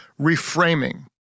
reframing